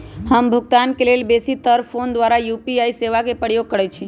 हम भुगतान के लेल बेशी तर् फोन द्वारा यू.पी.आई सेवा के प्रयोग करैछि